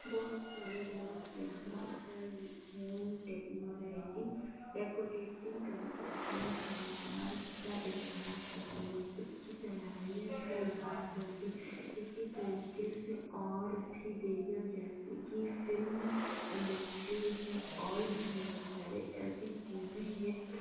بہت سارے لوگ یہاں پر ہوم ٹیکناریٹنگ ڈیکوریٹنگ کر کے اپنی فنکار کا اظہار کرتے ہیں اس کی صلاحیت کا اظہار کرتے اسی طریقے سے اور بھی دیگر جیسے کہ فلم انڈسٹری ہے اور بھی بہت سارے ایسی چیزی یہ